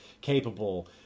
capable